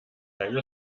keine